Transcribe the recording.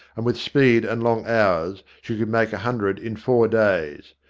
and, with speed and long hours, she could make a hundred in four days.